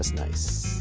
ah nice,